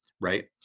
Right